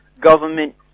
government